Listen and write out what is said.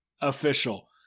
official